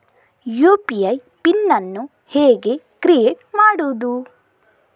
UPI PIN ಅನ್ನು ಹೇಗೆ create ಮಾಡುದು?